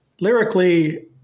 Lyrically